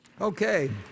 Okay